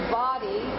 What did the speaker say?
body